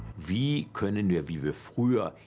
via conan yeah aviva. fuya.